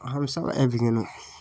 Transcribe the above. हमसब आबि गेलहुँ